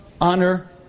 honor